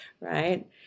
right